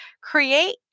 create